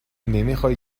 نمیخای